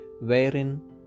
wherein